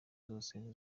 zose